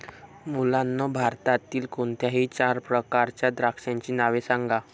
मुलांनो भारतातील कोणत्याही चार प्रकारच्या द्राक्षांची नावे सांगा